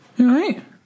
right